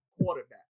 quarterback